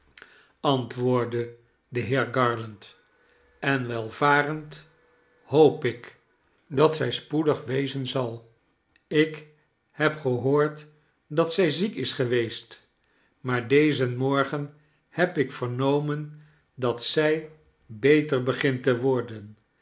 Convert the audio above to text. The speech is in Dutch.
antwoordde de heer garland en welvarend hoop ik dat zij spoedig wezen zal ik heb gehoord dat zij ziek is geweest maar dezen morgen heb ik vernomen dat zij beter begint te worden